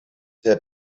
had